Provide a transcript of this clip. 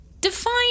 Define